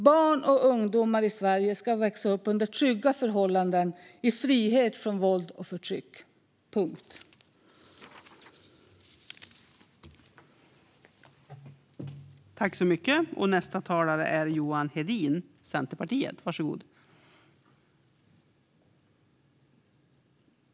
Barn och ungdomar i Sverige ska växa upp under trygga förhållanden i frihet från våld och förtryck - punkt.